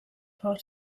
part